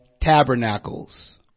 Tabernacles